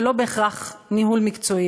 ולא בהכרח ניהול מקצועי,